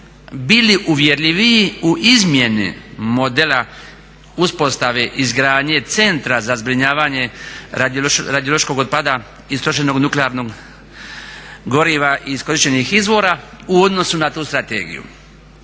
bili uvjerljiviji u izmjeni modela uspostave izgradnje centra za zbrinjavanje radiološkog otpada istrošenog nuklearnog goriva iskorištenih izvora u odnosu na tu strategiju.